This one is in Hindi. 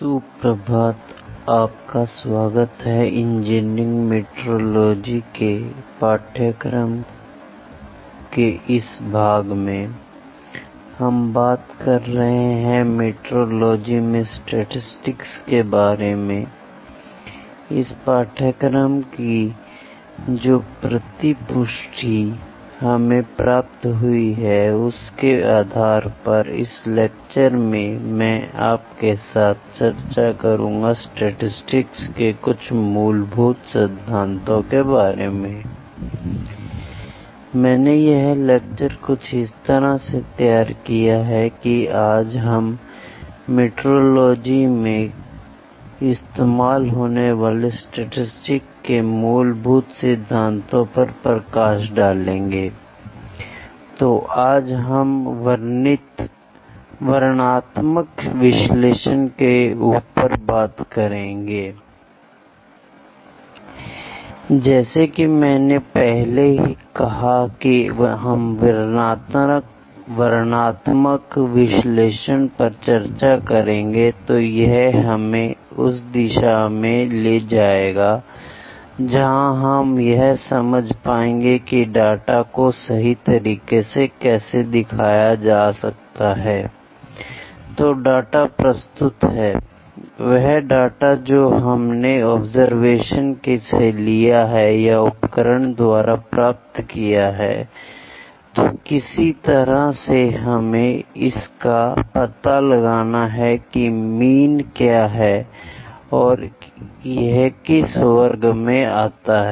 सुप्रभात आपका स्वागत है इंजीनियरिंग मीटरोलॉजी के पाठ्यक्रम किस भाग में हम बात कर रहे थे मीटरोलॉजी में स्टैटिसटिक्स के बारे में I इस पाठ्यक्रम की जो प्रतिपुष्टि हमें प्राप्त हुई है उसके आधार पर इस लेक्चर में मैं आपके साथ चर्चा करूंगा स्टैटिसटिक्स के कुछ मूलभूत सिद्धांतों के बारे में I मैंने यह लेक्चर कुछ इस तरह से तैयार किया है कि आज हम मीटरोलॉजी में इस्तेमाल होने वाले स्टैटिसटिक्स के मूलभूत सिद्धांतों पर प्रकाश डालेंगे I तो आज हम वर्णनात्मक विश्लेषण के ऊपर बात करेंगे I जैसा कि मैंने पहले कहा कि हम वर्णनात्मक विश्लेषण पर चर्चा करेंगेतो यह हमेंउस दिशा में ले जाएगा जहां हम यह समझ पाएंगे कि डाटा को सही तरीके से कैसे दिखाया जा सकता है I तो डाटा प्रस्तुत है वह डाटा जो हमने ऑब्जरवेशन से लिया है या उपकरणों द्वारा प्राप्त किया है I तो किसी तरह से हमें इसका पता लगाना है की मीन क्या है और यह किस वर्ग में आता है